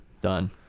done